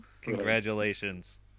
Congratulations